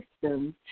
systems